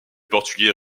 portugais